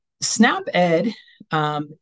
SNAP-Ed